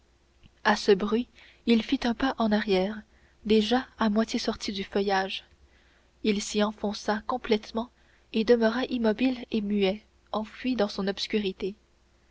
à ce bruit il fit un pas en arrière déjà à moitié sorti du feuillage il s'y enfonça complètement et demeura immobile et muet enfoui dans son obscurité